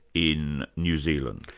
in new zealand.